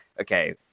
okay